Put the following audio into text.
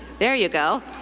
there you go.